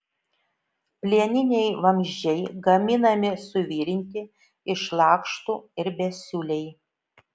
plieniniai vamzdžiai gaminami suvirinti iš lakštų ir besiūliai